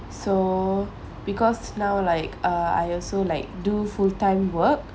so because now like uh I also like do full time work